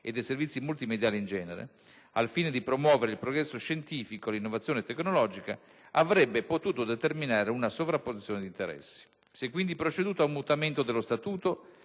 e dei servizi multimediali in genere, al fine di promuovere il progresso scientifico e l'innovazione tecnologica, avrebbe potuto determinare una sovrapposizione di interessi. Si è quindi proceduto a un mutamento dello Statuto